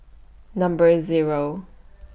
Number Zero